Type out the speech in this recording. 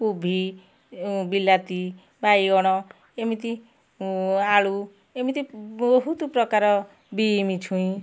କୋବି ବିଲାତି ବାଇଗଣ ଏମିତି ଆଳୁ ଏମିତି ବହୁତ ପ୍ରକାର ବିମି ଛୁଇଁ